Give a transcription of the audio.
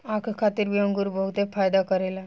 आँख खातिर भी अंगूर बहुते फायदा करेला